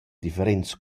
differents